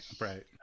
right